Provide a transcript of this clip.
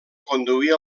conduir